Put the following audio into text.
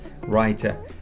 writer